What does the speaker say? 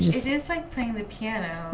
just it's like playing the piano,